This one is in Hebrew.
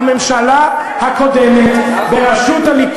היא העלתה את שכר המינימום,